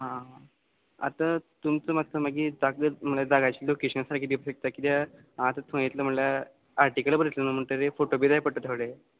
आं आतां तुमचो मास्सो मागीर धाकले म्हणल्या जाग्याची लोकेशन्स कित्याक आतां थंय येत्ले म्हणल्या आटिकल बरयत्ले न्हय म्हुणटरी फोटो बी जाय पडटा ते थोडे